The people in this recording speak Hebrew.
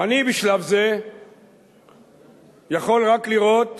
אני בשלב זה יכול רק לראות